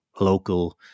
local